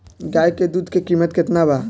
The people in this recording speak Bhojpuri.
गाय के दूध के कीमत केतना बा?